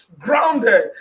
grounded